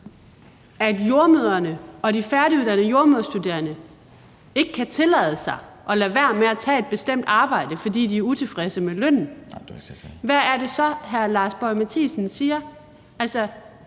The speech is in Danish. at jordemødrene og de færdiguddannede jordemoderstuderende ikke kan tillade sig at lade være med at tage et bestemt arbejde, fordi de er utilfredse med lønnen, hvad er det så, hr. Lars Boje Mathiesen siger?